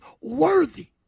worthy